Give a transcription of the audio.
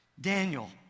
Daniel